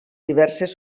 diverses